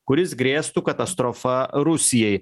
kuris grėstų katastrofa rusijai